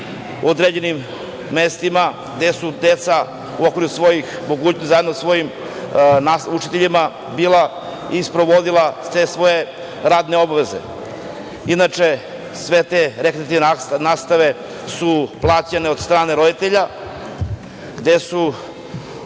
u određenim mestima, gde su deca u okviru svojih mogućnosti, zajedno sa svojim učiteljima, bila i sprovodila svoje radne obaveze. Inače, sve te rekreativne nastave su plaćene od strane roditelja, gde su